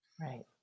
right